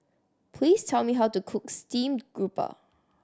please tell me how to cook steamed grouper